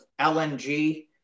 LNG